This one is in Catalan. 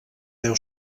deu